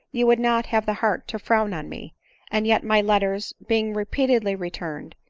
you would not have the heart to frown on me and yet my letters, be ing repeatedly returned,